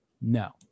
no